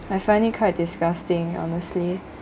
I find it quite disgusting honestly